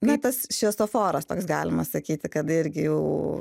na tas šviesoforas toks galima sakyti kad irgi jau